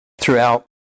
throughout